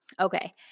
Okay